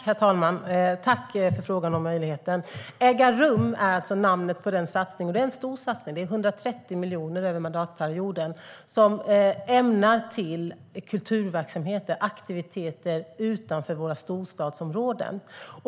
Herr talman! Jag tackar för frågan och möjligheten att tala om detta. Äga rum är namnet på en stor satsning med 130 miljoner över mandatperioden till kulturverksamheter och kulturaktiviteter utanför våra storstadsområden.